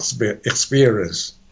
experience